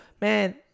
man